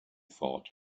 thought